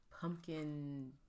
pumpkin